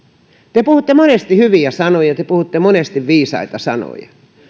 te puhutte monesti hyviä sanoja te puhutte monesti viisaita sanoja